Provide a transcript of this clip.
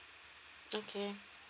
okay